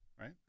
right